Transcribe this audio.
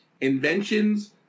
inventions